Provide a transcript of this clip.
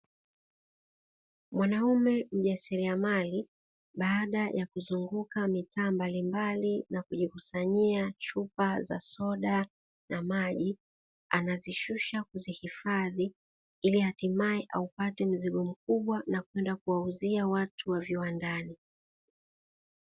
Mwanaume mjasiriamali baada ya kuzunguka mitaa mbalimbali na kujikusanyia chupa za soda na maji, anazishusha kuzihifadhi ili hatimaye aupate mzigo mkubwa na kwenda kuwauzia watu wa viwandani.